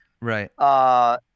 right